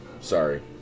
Sorry